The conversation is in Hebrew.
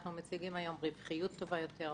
אנחנו מציגים היום רווחיות טובה יותר,